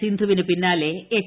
സിന്ധുവിന് പിന്നാലെ എച്ച്